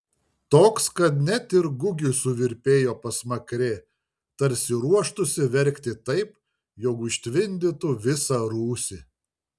toks kad net ir gugiui suvirpėjo pasmakrė tarsi ruoštųsi verkti taip jog užtvindytų visą rūsį